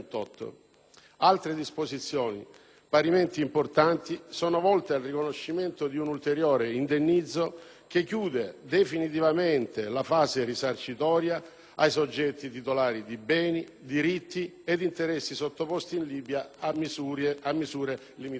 Altre disposizioni, parimenti importanti, sono volte al riconoscimento di un ulteriore indennizzo che chiude definitivamente la fase risarcitoria ai soggetti titolari di beni, diritti ed interessi sottoposti in Libia a misure limitative.